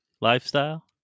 lifestyle